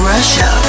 Russia